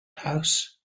house